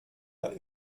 der